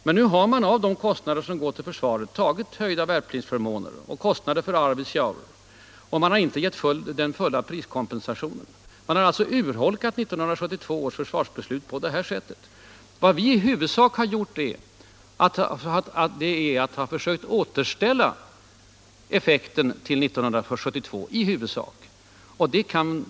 Men nu har man av de pengar som går till försvaret tagit höjda värnpliktsförmåner och kostnader för Arvidsjaur, och man har inte gett full priskompensation. Man har alltså urholkat 1972 års försvarsbeslut på det här sättet. Vad vi i huvudsak har gjort är att vi har försökt återställa effekten till 1972 års nivå.